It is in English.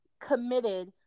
committed